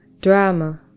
drama